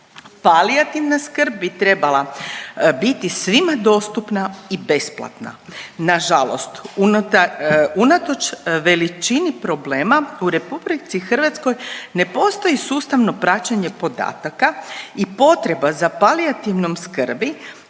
Palijativna skrb bi trebala biti svima dostupna i besplatna. Na žalost unatoč veličini problema u Republici Hrvatskoj ne postoji sustavno praćenje podataka i potreba za palijativnom skrbi,